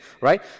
right